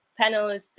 panelists